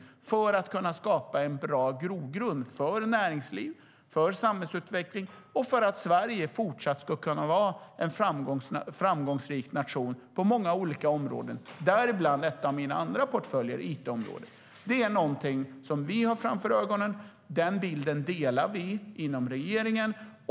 Det handlar om att kunna skapa en bra grogrund för näringsliv, för samhällsutveckling och för att Sverige fortsatt ska kunna vara en framgångsrik nation på många olika områden. Däribland ligger en av mina andra portföljer, nämligen it-området. Det är någonting vi har framför ögonen, och den bilden delar vi inom regeringen.